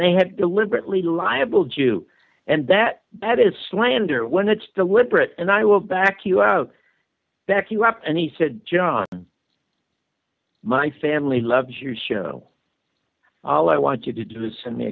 y have deliberately liable jew and that that is slander when it's deliberate and i will back you out back you up and he said john my family loves your show all i want you to do is send me